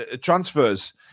transfers